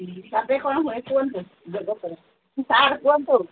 ତାପରେ କଣ' ହୁଏ କୁହନ୍ତୁ ଯୋଗ ପରେ ସାର୍ କୁହନ୍ତୁ